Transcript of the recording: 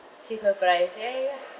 cheaper price ya ya ya